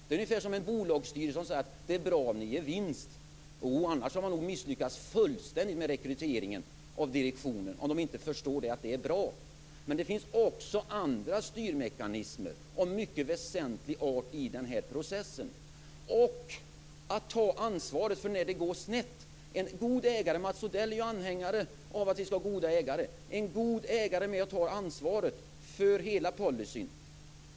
Det är ungefär som om en bolagsstyrelse skulle säga: "Det är bra om ni ger vinst." Jo, annars har man nog misslyckats fullständigt med rekryteringen av direktionen, om den inte förstår att det är bra. Men det finns också andra styrmekanismer av mycket väsentlig art i den här processen. Det handlar också om att ta ansvaret när det går snett. Mats Odell är ju anhängare av att vi skall vara goda ägare. En god ägare är med och tar ansvaret för hela policyn.